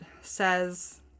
says